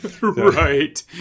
right